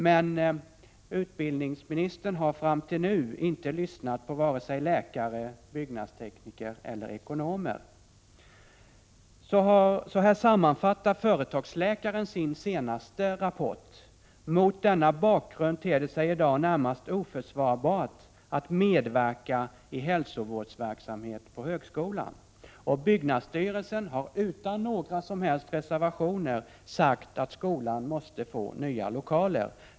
Men utbildningsministern har hittills inte lyssnat på vare sig läkare, byggnadstekniker eller ekonomer. Så här sammanfattar företagsläkaren sin senaste rapport: Mot denna bakgrund ter det sig i dag närmast oförsvarbart att medverka i hälsovårdsverksamhet på högskolan. Byggnadsstyrelsen har utan några som helst reservationer sagt att skolan måste få nya lokaler.